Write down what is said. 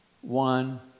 one